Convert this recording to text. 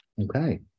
Okay